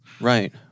Right